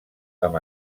amb